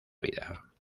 vida